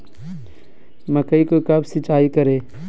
मकई को कब सिंचाई करे?